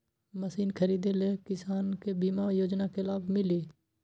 Machine खरीदे ले किसान के बीमा योजना के लाभ मिली?